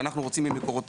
אני אומר מה שצריך.